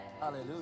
Hallelujah